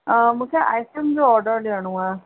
अ मूंखे आइस्क्रीम जो ऑडर ॾेयणो आहे